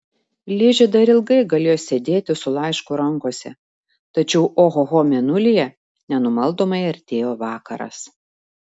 ližė dar ilgai galėjo sėdėti su laišku rankose tačiau ohoho mėnulyje nenumaldomai artėjo vakaras